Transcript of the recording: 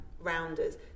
rounders